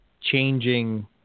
changing